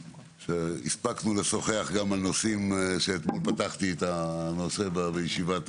הספקנו לשוחח גם על נושאים כשאתמול פתחתי את הנושא בישיבת